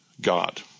God